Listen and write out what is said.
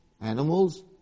Animals